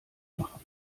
machen